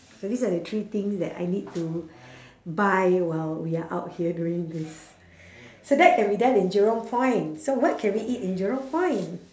so these are the three things that I need to buy while we are out here doing this so that can be done in jurong point so what can we eat in jurong point